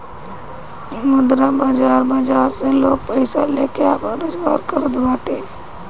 मुद्रा बाजार बाजार से लोग पईसा लेके आपन रोजगार करत बाटे